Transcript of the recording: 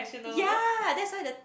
ya that's why the